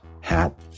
hat